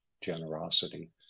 generosity